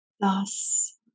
thus